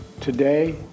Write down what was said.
Today